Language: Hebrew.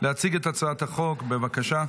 להציג את הצעת החוק, בבקשה.